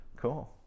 Cool